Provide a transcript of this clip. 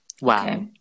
wow